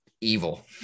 evil